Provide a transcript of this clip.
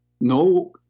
No